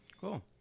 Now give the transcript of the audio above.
Cool